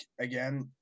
again